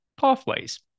pathways